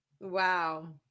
Wow